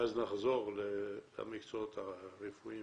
ואז נחזור למקצועות הרפואיים